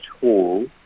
hall